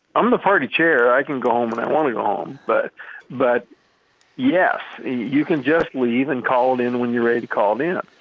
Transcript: i'm the party chair. i can go home when i want to go home. but but yes, you can just leave and call it in when you're ready to call and in.